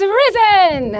risen